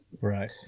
right